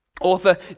Author